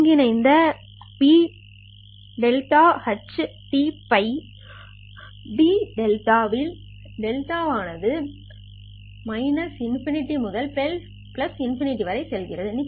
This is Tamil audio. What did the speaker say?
ஒருங்கிணைந்த இன் Pτht τ dτ இல் τ ஆனது ∞ முதல் ∞ வரை செல்கிறது